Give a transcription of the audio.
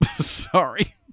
Sorry